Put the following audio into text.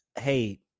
Hey